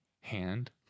Hand